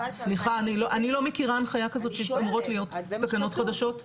אני לא מכירה הנחיה כזאת שאמורות להיות תקנות חדשות.